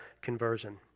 conversion